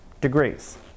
degrees